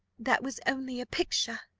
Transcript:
that was only a picture.